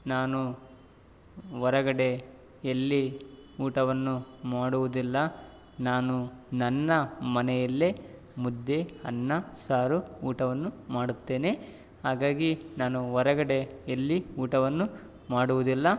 ನಾನು ಹೊರಗಡೆ ಎಲ್ಲಿ ಊಟವನ್ನು ಮಾಡುವುದಿಲ್ಲ ನಾನು ನನ್ನ ಮನೆಯಲ್ಲೇ ಮುದ್ದೆ ಅನ್ನ ಸಾರು ಊಟವನ್ನು ಮಾಡುತ್ತೇನೆ ಹಾಗಾಗಿ ನಾನು ಹೊರಗಡೆ ಎಲ್ಲಿ ಊಟವನ್ನು ಮಾಡುವುದಿಲ್ಲ